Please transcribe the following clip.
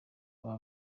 aba